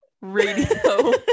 radio